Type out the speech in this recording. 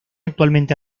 actualmente